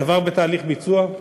הדבר בתהליך ביצוע,